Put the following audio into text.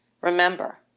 Remember